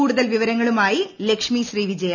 കൂടുതൽ വിവരങ്ങളുമായി ലക്ഷ്മി ശ്രീവിജയ